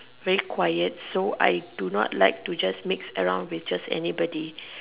very quiet so I do not like to just mix around with just anybody